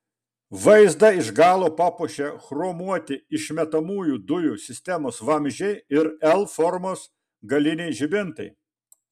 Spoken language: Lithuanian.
vaizdą iš galo papuošia chromuoti išmetamųjų dujų sistemos vamzdžiai ir l formos galiniai žibintai